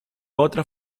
otra